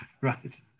right